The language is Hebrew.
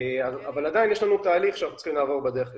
אבל עדיין יש לנו תהליך שצריך לעבור אותו בדרך לשם.